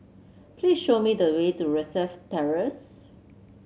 please show me the way to Rosyth Terrace